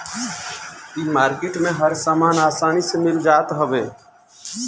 इ मार्किट में हर सामान आसानी से मिल जात हवे